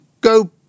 go